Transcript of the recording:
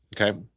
Okay